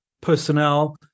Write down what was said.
personnel